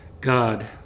God